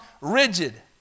rigid